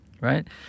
right